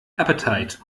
appetite